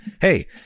hey